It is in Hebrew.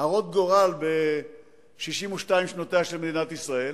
הרות גורל ב-62 שנותיה של מדינת ישראל.